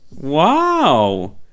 Wow